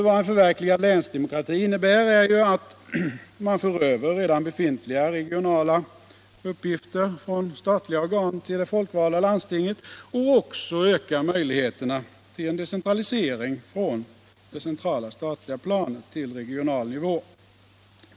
Ett förverkligande av länsdemokratin innebär ju att man för över redan befintliga regionala uppgifter från statliga organ till de folkvalda landstingen och också ökar möjligheterna till en decentralisering från det centrala statliga planet till regional nivå.